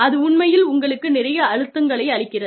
அது உண்மையில் உங்களுக்கு நிறைய அழுத்தங்களை அளிக்கிறது